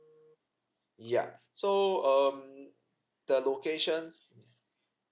yeah so um the location